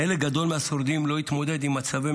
חלק גדול מהשורדים לא התמודד עם מצבי